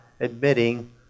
admitting